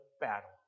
battle